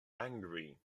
angry